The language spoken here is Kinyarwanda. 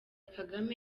kagame